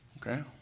Okay